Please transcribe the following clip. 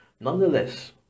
Nonetheless